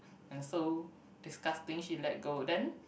and so disgusting she let go then